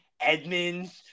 Edmonds